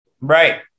Right